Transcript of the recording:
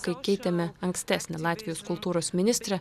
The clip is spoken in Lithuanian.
kai keitėme ankstesnę latvijos kultūros ministrę